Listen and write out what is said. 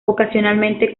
ocasionalmente